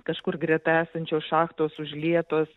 kažkur greta esančios šachtos užlietos